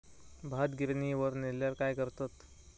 भात गिर्निवर नेल्यार काय करतत?